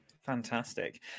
Fantastic